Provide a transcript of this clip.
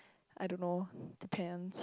I don't know depends